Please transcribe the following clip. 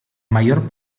mayor